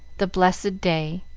the blessed day